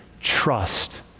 trust